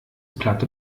platte